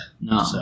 No